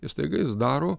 ir staiga jis daro